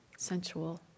Sensual